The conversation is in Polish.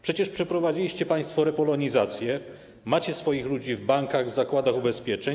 Przecież przeprowadziliście państwo repolonizację, macie swoich ludzi w bankach, w zakładach ubezpieczeń.